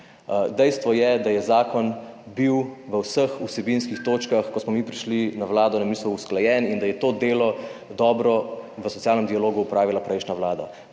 Dejstvo je, da je zakon bil v vseh vsebinskih točkah, ko smo mi prišli na Vlado na misel usklajen in da je to delo dobro v socialnem dialogu opravila prejšnja vlada.